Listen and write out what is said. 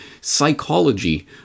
psychology